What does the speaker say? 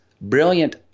brilliant